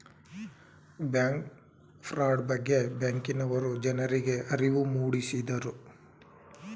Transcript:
bank fraud ಬಗ್ಗೆ ಬ್ಯಾಂಕಿನವರು ಜನರಿಗೆ ಅರಿವು ಮೂಡಿಸಿದರು